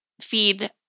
feed